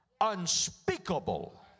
unspeakable